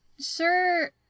sure